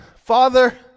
Father